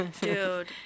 dude